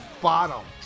bottom